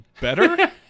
better